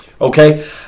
okay